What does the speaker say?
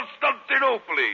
Constantinople